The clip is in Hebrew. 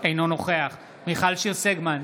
אינו נוכח מיכל שיר סגמן,